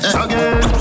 again